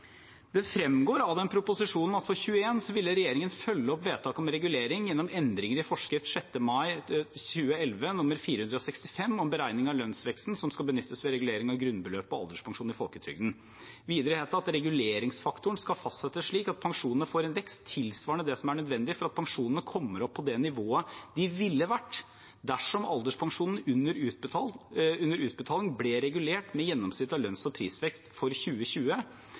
Det fremgår av proposisjonen at for 2021 ville regjeringen følge opp vedtaket om regulering gjennom endringer i forskrift 6. mai 2011 nr. 465, om beregning av lønnsveksten som skal benyttes ved regulering av grunnbeløpet og alderspensjonen i folketrygden. Videre het det at reguleringsfaktoren skal fastsettes slik at pensjonene får en vekst tilsvarende det som er nødvendig for at pensjonene kommer opp på det nivået de ville vært på dersom alderspensjonen under utbetaling ble regulert med gjennomsnittet av lønns- og prisvekst i 2020